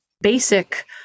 basic